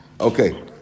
Okay